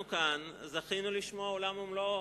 כי אנחנו כאן זכינו לשמוע עולם ומלואו,